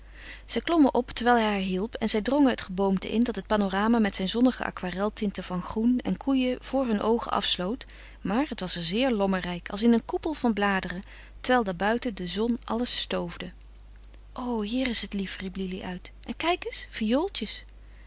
zij klommen op terwijl hij haar hielp en zij drongen het geboomte in dat het panorama met zijn zonnige aquareltinten van groen en koeien voor hun oogen afsloot maar het was er zeer lommerrijk als in een koepel van bladeren terwijl daar buiten de zon alles stoofde o hier is het lief riep lili uit en kijk eens